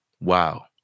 Wow